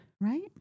right